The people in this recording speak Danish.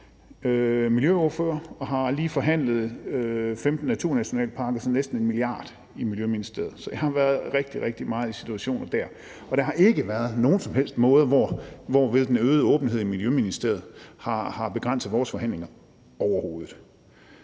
miljøordfører og har lige forhandlet om 15 naturnationalparker til næsten 1 mia. kr. i Miljøministeriet, så jeg har været i rigtig, rigtig mange situationer der, og der har ikke været nogen som helst måde, hvorved den øgede åbenhed i Miljøministeriet har begrænset vores forhandlinger overhovedet.